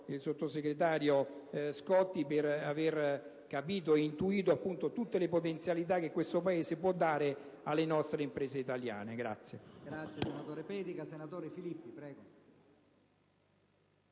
il sottosegretario Scotti, per aver capito e intuito tutte le potenzialità che questo Paese può dare alle imprese italiane.